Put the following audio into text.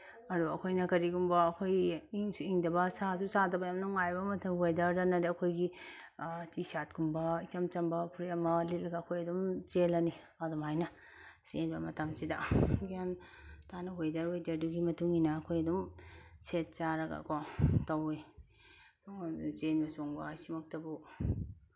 ꯑꯗꯨ ꯑꯩꯈꯣꯏꯅ ꯀꯔꯤꯒꯨꯝꯕ ꯑꯩꯈꯣꯏ ꯏꯪꯁꯨ ꯏꯪꯗꯕ ꯁꯥꯁꯨ ꯁꯥꯗꯕ ꯌꯥꯝ ꯅꯨꯡꯉꯥꯏꯕ ꯃꯇꯝ ꯋꯦꯗꯔꯗꯅ ꯑꯩꯈꯣꯏꯒꯤ ꯇꯤ ꯁꯥꯔꯠꯀꯨꯝꯕ ꯏꯆꯝ ꯆꯝꯕ ꯐꯨꯔꯤꯠ ꯑꯃ ꯂꯤꯠꯂꯒ ꯑꯩꯈꯣꯏ ꯑꯗꯨꯝ ꯆꯦꯜꯂꯅꯤ ꯑꯗꯨꯃꯥꯏꯅ ꯆꯦꯟꯕ ꯃꯇꯝꯁꯤꯗ ꯒ꯭ꯌꯥꯟ ꯇꯥꯅ ꯋꯦꯗꯔ ꯋꯦꯗꯔꯗꯨꯒꯤ ꯃꯇꯨꯡꯏꯟꯅ ꯑꯩꯈꯣꯏ ꯑꯗꯨꯝ ꯁꯦꯠ ꯆꯥꯔꯒꯀꯣ ꯇꯧꯋꯤ ꯆꯦꯟꯕ ꯆꯣꯡꯕ ꯍꯥꯏꯁꯤꯃꯛꯇꯕꯨ